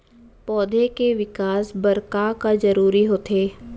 पौधे के विकास बर का का जरूरी होथे?